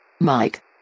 Mike